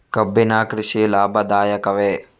ಕಬ್ಬಿನ ಕೃಷಿ ಲಾಭದಾಯಕವೇ?